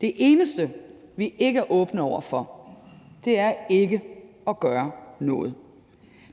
Det eneste, vi ikke er åbne over for, er ikke at gøre noget.